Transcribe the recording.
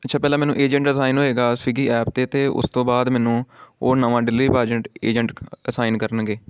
ਅੱਛਾ ਪਹਿਲਾਂ ਮੈਨੂੰ ਏਜੇਂਟ ਅਸਾਈਨ ਹੋਵੇਗਾ ਸਵਿਗੀ ਐਪ 'ਤੇ ਅਤੇ ਉਸ ਤੋਂ ਬਾਅਦ ਮੈਨੂੰ ਉਹ ਨਵਾਂ ਡਿਲੀਵਰ ਏਜੰਟ ਏਜੰਟ ਅਸਾਈਨ ਕਰਨਗੇ